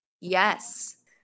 Yes